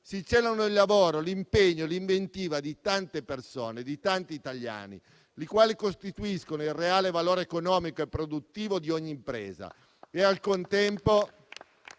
si celano il lavoro, l'impegno e l'inventiva di tante persone, di tanti italiani, i quali costituiscono il reale valore economico e produttivo di ogni impresa